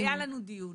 היה לנו דיון